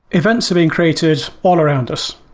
events are being created all around us,